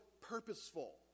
purposeful